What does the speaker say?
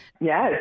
Yes